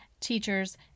teachers